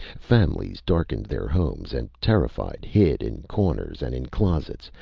families darkened their homes and, terrified, hid in corners and in closets,